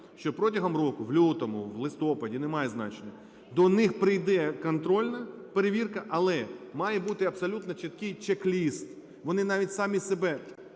що протягом року в лютому, в листопаді - немає значення, до них прийде контрольна перевірка, але має бути абсолютно чіткий чек-лист. Вони навіть самі себе